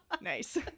Nice